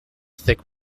thick